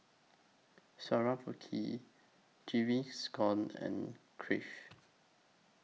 Swarovski Gaviscon and Crave